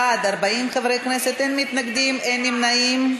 בעד, 40 חברי כנסת, אין מתנגדים, אין נמנעים.